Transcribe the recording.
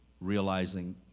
realizing